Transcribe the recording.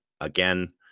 again